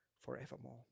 forevermore